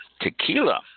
Tequila